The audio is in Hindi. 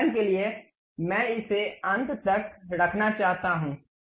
उदाहरण के लिए मैं इसे अंत तक रखना चाहता हूं